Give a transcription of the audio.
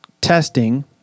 testing